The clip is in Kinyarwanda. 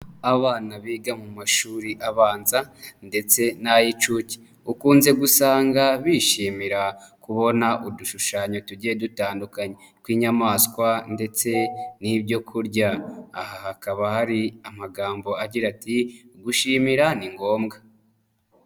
Abana biga mu mashuri abanza ndetse n'ay'inshuke ukunze gusanga bishimira kubona udushushanyo tugiye dutandukanye tw'inyamaswa ndetse n'ibyo kurya, aha hakaba hari amagambo agira ati "gushimira ni ngombwa."